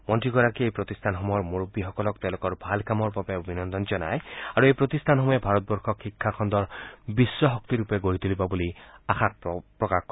মন্ত্ৰীগৰাকীয়ে এই প্ৰতিষ্ঠানসমূহৰ মূৰববীসকলক তেওঁলোকৰ ভাল কামৰ বাবে অভিনন্দন জনাই আৰু এই প্ৰতিষ্ঠানসমূহে ভাৰতবৰ্ষক শিক্ষাখণ্ডৰ বিশ্বশক্তিৰূপে গঢ়ি তুলিব বুলি আশা প্ৰকাশ কৰে